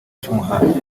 cy’umuhanda